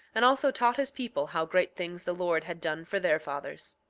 and also taught his people how great things the lord had done for their fathers.